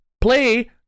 Play